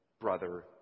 brother